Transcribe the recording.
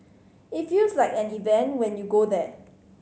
it feels like an event when you go there